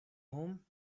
home